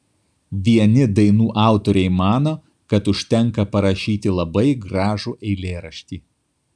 vieni dainų autoriai mano kad užtenka parašyti labai gražų eilėraštį